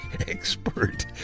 expert